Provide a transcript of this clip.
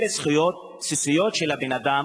אלה זכויות בסיסיות של הבן-אדם,